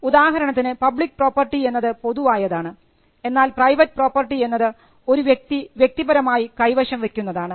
ഉദാഹരണത്തിന് public property എന്നത് പൊതുവായതാണ് എന്നാൽ പ്രൈവറ്റ് പ്രോപ്പർട്ടി എന്നത് ഒരു വ്യക്തി വ്യക്തിപരമായി കൈവശം വയ്ക്കുന്നതാണ്